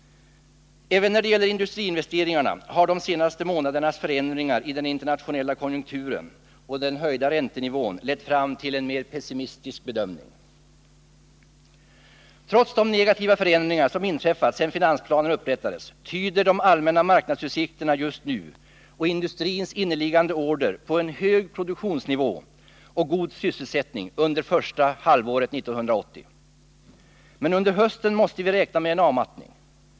Även när det gäller industriinvesteringarna har de senaste månadernas förändringar i den internationella konjunkturen och den höjda räntenivån lett fram till en mer pessimistisk bedömning. Trots de negativa förändringar som inträffat sedan finansplanen upprättades tyder de allmänna marknadsutsikterna just nu och industrins inneliggande order på en hög produktionsnivå och god sysselsättning under första halvåret 1980. Men under hösten måste vi räkna med en avmattning.